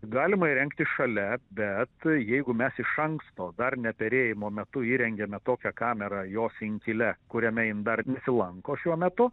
galima įrengti šalia bet jeigu mes iš anksto dar neperėjimo metu įrengiame tokią kamerą jos inkile kuriame jin dar nesilanko šiuo metu